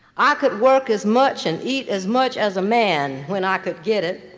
i could work as much and eat as much as a man, when i could get it,